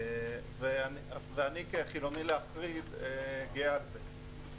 ואני כחילוני להחריד גאה בזה.